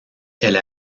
elle